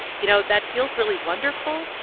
you know, that feels really wonderful.